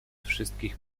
wszystkich